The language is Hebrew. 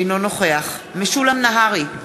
אינו נוכח משולם נהרי,